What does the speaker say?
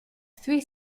three